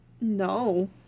No